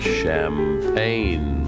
champagne